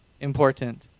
important